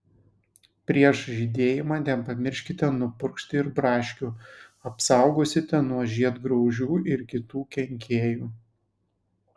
prieš žydėjimą nepamirškite nupurkšti ir braškių apsaugosite nuo žiedgraužių ir kitų kenkėjų